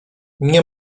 nie